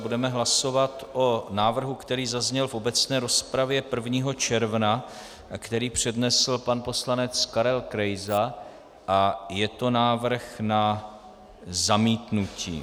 Budeme hlasovat o návrhu, který zazněl v obecné rozpravě 1. června a který přednesl pan poslanec Karel Krejza, a je to návrh na zamítnutí.